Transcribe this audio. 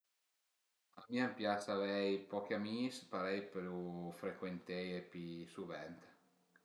A mi an pias avei pochi amis parei pölu frecuenteie pi souvènt